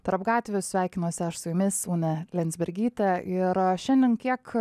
tarp gatvių sveikinuosi aš su jumis unė liandzbergytė ir šiandien kiek